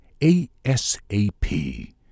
ASAP